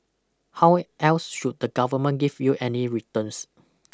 how else should the government give you any returns